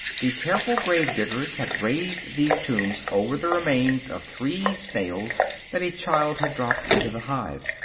the careful grave-diggers had raised these tombs over the remains of three snails that a child had dropped into the hive.